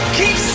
keep